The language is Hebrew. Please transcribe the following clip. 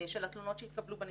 של התלונות שהתקבלו בנציבות,